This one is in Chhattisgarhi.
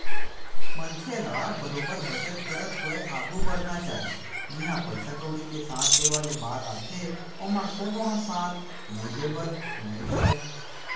मनखे ल बरोबर बचत करत होय आघु बड़हना चाही जिहाँ पइसा कउड़ी के साथ देय वाले बात आथे ओमा कोनो ह साथ नइ देय बर नइ धरय